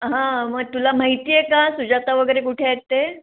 हां मग तुला माहिती आहे का सुजाता वगैरे कुठे आहेत ते